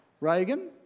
Reagan